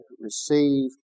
received